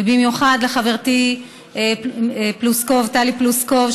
ובמיוחד לחברתי טלי פלוסקוב,